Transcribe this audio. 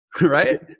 right